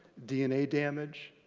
dna damage,